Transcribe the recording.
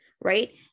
right